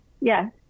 Yes